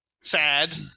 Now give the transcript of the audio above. sad